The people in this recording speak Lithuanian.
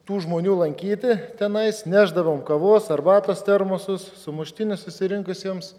tų žmonių lankyti tenais nešdavom kavos arbatos termosus sumuštinius susirinkusiems